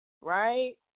right